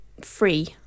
free